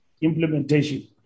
implementation